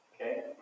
Okay